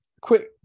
Quick